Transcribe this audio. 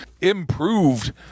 improved